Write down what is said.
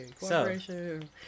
cooperation